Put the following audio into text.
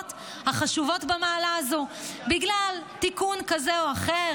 הראשונות במעלה האלה בגלל תיקון כזה או אחר.